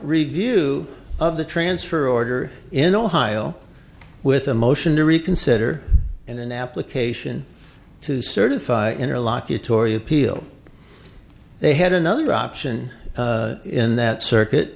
review of the transfer order in ohio with a motion to reconsider and an application to certify interlocutory appeal they had another option in that circuit